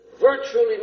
virtually